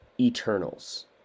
Eternals